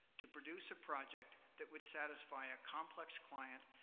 to produce a project that would satisfy a complex client,